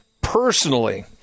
personally